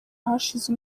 hashize